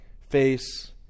face